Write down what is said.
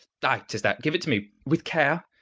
ay! tis that, give it to me with care.